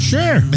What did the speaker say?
Sure